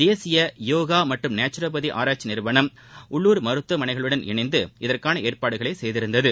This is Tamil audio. தேசிய யோகா மற்றும் நேச்சுரோபதி ஆராய்ச்சி நிறுவனம் உள்ளுர் மருத்துவமனைகளுடன் இணைந்து இதற்கான ஏற்பாடுகளை செய்திருந்தது